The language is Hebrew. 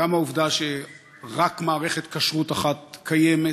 גם העובדה שרק מערכת כשרות אחת קיימת